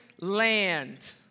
land